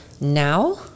now